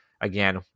again